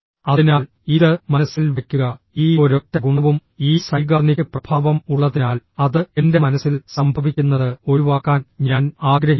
അതിനാൽ ഇത് മനസ്സിൽ വയ്ക്കുക ഈ ഒരൊറ്റ ഗുണവും ഈ സൈഗാർനിക് പ്രഭാവം ഉള്ളതിനാൽ അത് എന്റെ മനസ്സിൽ സംഭവിക്കുന്നത് ഒഴിവാക്കാൻ ഞാൻ ആഗ്രഹിക്കുന്നു